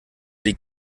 die